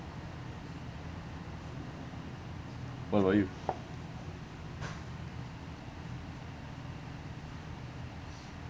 what about you